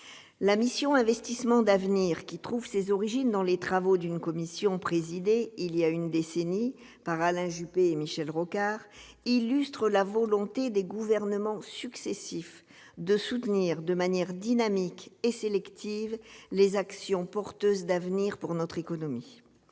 La mission « Investissements d'avenir », qui trouve ses origines dans les travaux d'une commission présidée, il y a une décennie, par Alain Juppé et Michel Rocard, illustre la volonté des gouvernements successifs de soutenir de manière dynamique et sélective les actions porteuses d'avenir pour notre économie.